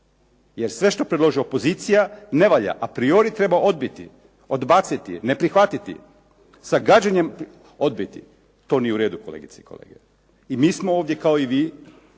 jer sve što predloži pozicija, ne valja, a priori treba odbiti, odbaciti, ne prihvatiti. Sa gađenjem odbiti. To nije u redu kolegice i kolege. I mi smo ovdje kao i vi